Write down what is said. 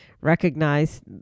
recognize